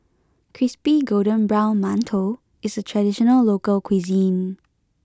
Crispy Golden Brown Mantou is a traditional local cuisine